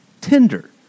Tinder